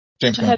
James